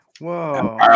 Whoa